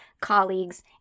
colleagues